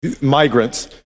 migrants